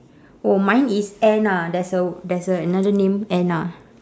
oh mine is anna there's a there's a another name anna